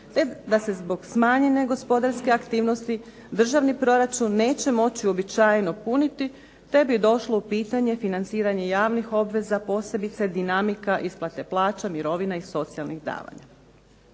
te da se zbog smanjene gospodarske aktivnosti državni proračun neće moći uobičajeno puniti te bi došlo u pitanje financiranje javnih obveza posebice dinamika isplate plaća, mirovina i socijalnih davanja.